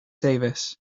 davis